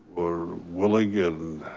or willing and